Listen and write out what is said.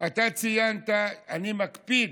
אתה ציינת, אני מקפיד,